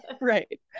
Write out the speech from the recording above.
right